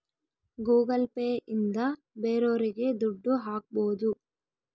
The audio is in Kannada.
ಗೂಗಲ್ ಪೇ ಇಂದ ಬೇರೋರಿಗೆ ದುಡ್ಡು ಹಾಕ್ಬೋದು